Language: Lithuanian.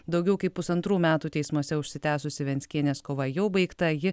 daugiau kaip pusantrų metų teismuose užsitęsusi venckienės kova jau baigta ji